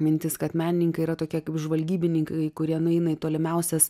mintis kad menininkai yra tokie kaip žvalgybininkai kurie nueina į tolimiausias